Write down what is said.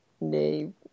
name